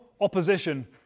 opposition